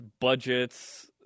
budgets